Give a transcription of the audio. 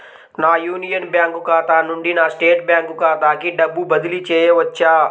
నా Union Bank ఖాతా నుండి నా స్టేట్ బ్యాంకు ఖాతాకి డబ్బు బదిలి చేయవచ్చా?